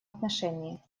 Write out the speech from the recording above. отношении